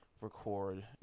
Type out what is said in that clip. record